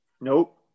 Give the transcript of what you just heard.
Nope